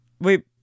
Wait